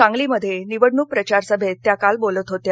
सांगलीमध्ये निवडणूक प्रचार सभेत त्या काल बोलत होत्या